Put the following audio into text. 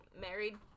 married